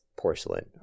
porcelain